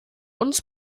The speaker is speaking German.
uns